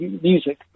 music